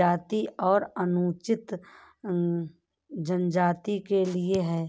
जाति और अनुसूचित जनजाति के लिए है